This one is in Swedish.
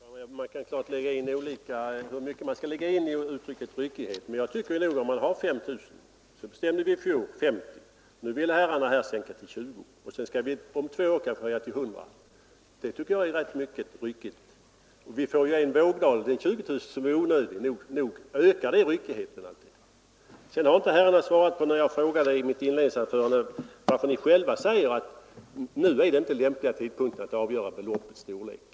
Herr talman! Det kan naturligtvis diskuteras hur mycket man skall lägga in i ordet ”ryckighet”. Men i fjol bestämde vi oss för 50 000 kronor, och nu vill herrarna sätta gränsen vid 20 000 kronor. Om två år kanske vi skall höja beloppet till 100 000 kronor. Det tycker jag är ganska ryckigt. Vi får en vågdal vid 20 000 kronor som är onödig nog. Sedan har inte herrarna svarat på frågan i mitt inledningsanförande varför ni själva säger att tidpunkten nu inte skulle vara läm plig att avgöra beloppets storlek.